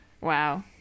Wow